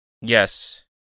Yes